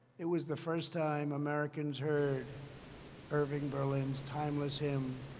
it was the first time americans heard irving berlin's timeless hymn,